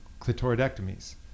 clitoridectomies